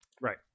Right